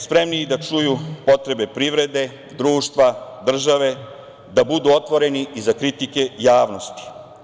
Spremniji da čuju potrebe privrede, društva, države, da budu otvoreni i za kritike javnosti.